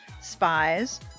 spies